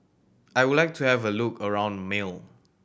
I would like to have a look around Male